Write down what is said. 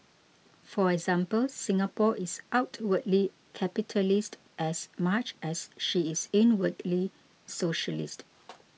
for example Singapore is outwardly capitalist as much as she is inwardly socialist